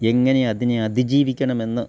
എങ്ങനെ അതിനെ അതിജീവിക്കണമെന്ന്